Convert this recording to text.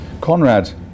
Conrad